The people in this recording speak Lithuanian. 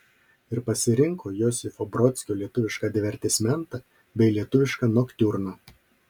ir pasirinko josifo brodskio lietuvišką divertismentą bei lietuvišką noktiurną